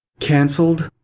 cancelled,